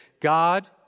God